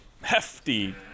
hefty